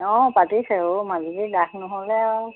অঁ পাতিছে অ' মাজুলীত ৰাস নহ'লে আৰু